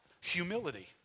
humility